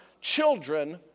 children